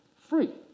free